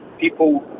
people